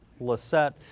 lissette